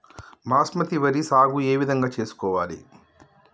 బాస్మతి వరి సాగు ఏ విధంగా చేసుకోవాలి?